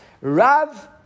Rav